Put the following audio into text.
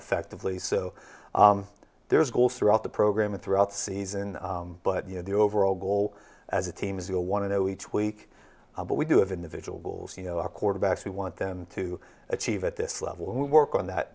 effectively so there's a goal throughout the program and throughout the season but you know the overall goal as a team is you want to know each week what we do of individuals you know our quarterbacks we want them to achieve at this level we work on that